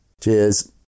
cheers